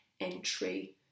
entry